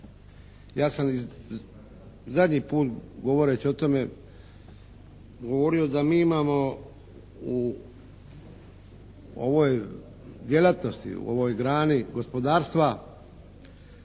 ja sam zadnji put govoreći o tome govorio da mi imamo u ovoj djelatnosti, u ovoj grani gospodarstva